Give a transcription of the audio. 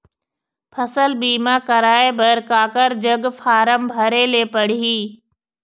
फसल बीमा कराए बर काकर जग फारम भरेले पड़ही?